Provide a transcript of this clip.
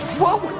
whoa.